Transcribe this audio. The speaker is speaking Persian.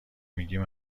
میگیم